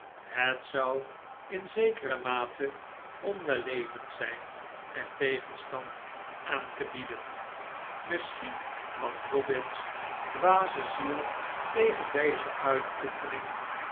het zou in zekere mate onwellevend zijn er tegenstand aan te bieden misschien kwam dobbin's dwaze ziel tegen deze uitoefening